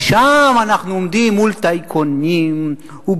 כי שם אנחנו עומדים מול טייקונים וברונים,